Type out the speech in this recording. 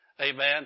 Amen